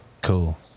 Cool